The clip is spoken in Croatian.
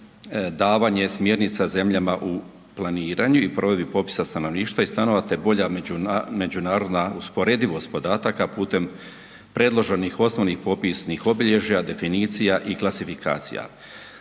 davanje smjernica zemljama u planiranju i provedbi popisa stanovništva i stanova te bolja međunarodna usporedivost podataka putem predloženih osnovnih popisnih obilježja, definicija i klasifikacija.